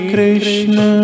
Krishna